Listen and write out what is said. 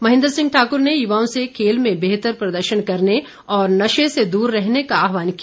महेन्द्र सिंह ठाकुर ने युवाओं से खेल में बेहतर प्रदर्शन करने और नशे से दूर रहने का आहवान किया